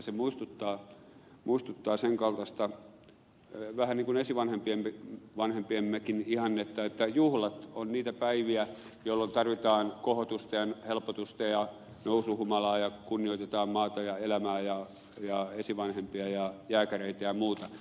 se muistuttaa vähän niin kuin esivanhempiemmekin ihannetta sen kaltaista että juhlat ovat niitä päiviä jolloin tarvitaan kohotusta ja helpotusta ja nousuhumalaa kunnioitetaan maata ja elämää ja esivanhempia ja jääkäreitä ja muuta